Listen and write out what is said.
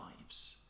lives